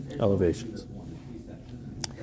elevations